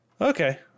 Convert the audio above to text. Okay